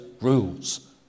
rules